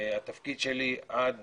התפקיד שלי עד